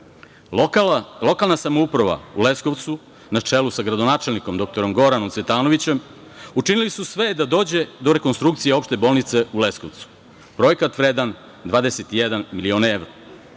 Lokalna samouprava u Leskovcu, na čelu sa gradonačelnikom dr Goranom Cvetanovićem, učinili su sve da dođe do rekonstrukcije Opšte bolnice u Leskovcu, projekat vredan 21 milion evra.